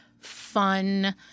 fun